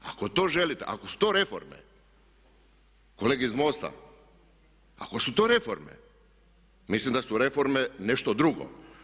Ako to želite, ako su to reforme, kolege iz MOST-a ako su to reforme mislim da su reforme nešto drugo.